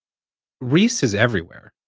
reese is everywhere,